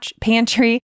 pantry